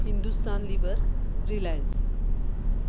Hindustan Lever Reliance